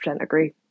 agree